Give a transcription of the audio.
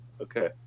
okay